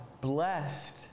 blessed